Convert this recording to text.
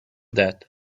that